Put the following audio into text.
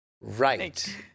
Right